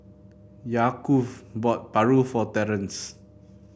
Yaakov bought paru for Terance